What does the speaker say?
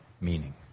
meaning